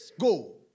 Go